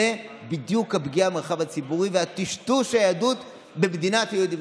זו בדיוק הפגיעה במרחב הציבורי וטשטוש היהדות במדינת היהודים,